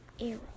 arrow